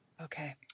Okay